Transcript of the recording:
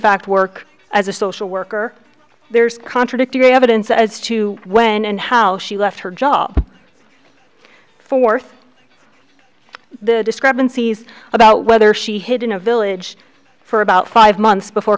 fact work as a social worker there is contradictory evidence as to when and how she left her job forth the discrepancies about whether she hid in a village for about five months before